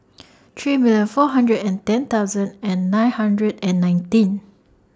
three million four hundred ten thousand and nine hundred and nineteen